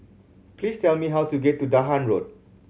please tell me how to get to Dahan Road